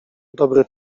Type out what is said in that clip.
dobry